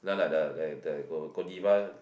like like the that that Godiva